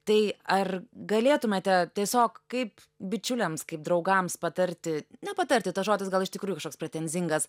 tai ar galėtumėte tiesiog kaip bičiuliams kaip draugams patarti nepatarti tas žodis gal iš tikrųjų kažkoks pretenzingas